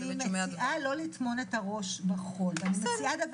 גם על מזכירות ונשיאות הכנסת,